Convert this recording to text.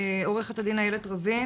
עורכת הדין איילת רזין